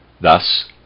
Thus